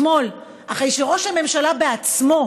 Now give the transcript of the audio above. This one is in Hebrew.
אתמול, אחרי שראש הממשלה בעצמו